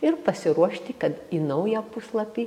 ir pasiruošti kad į naują puslapį